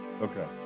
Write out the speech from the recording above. Okay